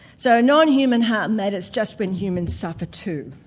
so non-human heart matters just when humans suffer too.